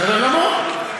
בסדר גמור.